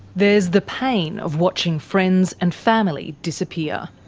there's the pain of watching friends and family disappear.